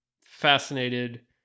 fascinated